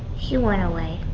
she went away.